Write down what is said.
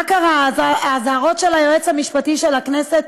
מה קרה, האזהרות של היועץ המשפטי של הכנסת